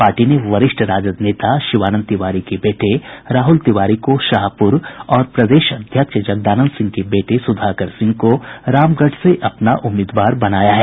party ने वरिष्ठ राजद नेता शिवानंद तिवारी के बेटे राहुल तिवारी को शाहपुर और प्रदेश अध्यक्ष जगदानंद सिंह के बेटे सुधाकर सिंह को रामगढ़ से अपना उम्मीदवार बनाया है